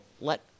let